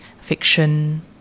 fiction